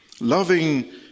Loving